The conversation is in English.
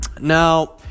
Now